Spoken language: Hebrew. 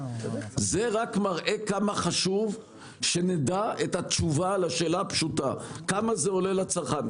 זה רק מראה כמה חשוב שנדע את התשובה לשאלה הפשוטה: כמה זה עולה לצרכן?